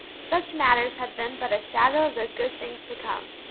such matters had been but a shadow of the good things to come.